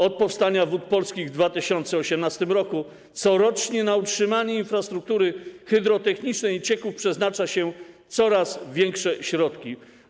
Od powstania Wód Polskich w 2018 r. corocznie na utrzymanie infrastruktury hydrotechnicznej i cieków przeznacza się coraz większe środki.